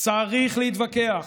צריך להתווכח.